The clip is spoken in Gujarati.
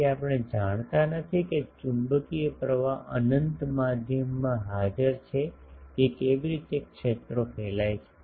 તેથી આપણે જાણતા નથી કે ચુંબકીય પ્રવાહ અનંત માધ્યમમાં હાજર છે કે કેવી રીતે ક્ષેત્રો ફેલાય છે